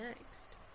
next